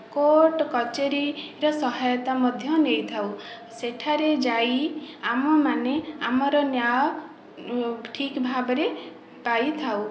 court କଚେରୀ ର ସହାୟତା ମଧ୍ୟ ନେଇଥାଉ ସେଠାରେ ଯାଇ ଆମେମାନେ ଆମର ନ୍ୟାୟ ଠିକ୍ ଭାବରେ ପାଇଥାଉ